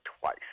twice